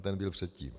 Ten byl předtím.